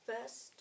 first